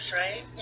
right